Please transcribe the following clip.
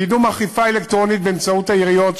קידום אכיפה אלקטרונית באמצעות העיריות,